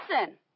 Listen